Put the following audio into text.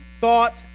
thought